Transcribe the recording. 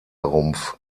rumpf